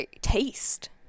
taste